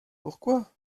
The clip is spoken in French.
pourquoi